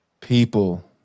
People